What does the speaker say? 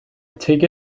take